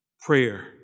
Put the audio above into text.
prayer